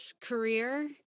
career